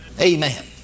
Amen